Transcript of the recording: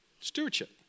stewardship